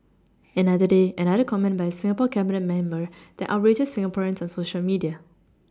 another day another comment by a Singapore Cabinet member that outrages Singaporeans on Social media